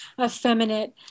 effeminate